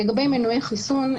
לגבי מנועי חיסון,